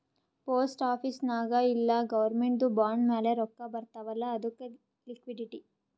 post office ನಾಗ್ ಇಲ್ಲ ಗೌರ್ಮೆಂಟ್ದು ಬಾಂಡ್ ಮ್ಯಾಲ ರೊಕ್ಕಾ ಬರ್ತಾವ್ ಅಲ್ಲ ಅದು ಲಿಕ್ವಿಡಿಟಿ